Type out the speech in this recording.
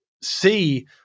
see